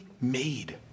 made